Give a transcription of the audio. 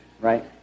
right